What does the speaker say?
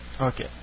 Okay